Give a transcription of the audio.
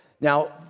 Now